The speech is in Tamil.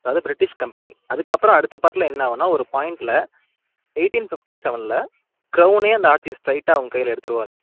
அதாவது பிரிட்டிஷ் கம்பெனி அதுக்கப்புறோம் அடுத்த பார்டில் என்னாவுன்னா ஒரு பாயிண்ட்டில் எயிட்டின் ஃபிஃப்டி செவெனில் கிரௌனே அந்த ஆட்சியை ஸ்ட்ரெயிட்டாக அவங் கையில் எடுத்துருவாங்க